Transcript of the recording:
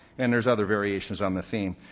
and there's other variations on the theme.